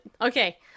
okay